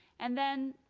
and then,